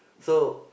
so